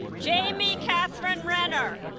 jaimie kathryn renner